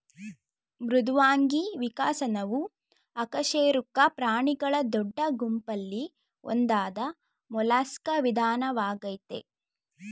ಮೃದ್ವಂಗಿ ವಿಕಸನವು ಅಕಶೇರುಕ ಪ್ರಾಣಿಗಳ ದೊಡ್ಡ ಗುಂಪಲ್ಲಿ ಒಂದಾದ ಮೊಲಸ್ಕಾ ವಿಧಾನವಾಗಯ್ತೆ